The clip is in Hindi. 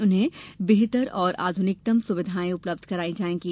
उन्हें बेहतर एवं आध्रनिकतम सुविधाएं उपलब्ध करवाई जाएंगी